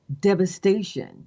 devastation